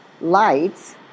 lights